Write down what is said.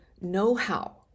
know-how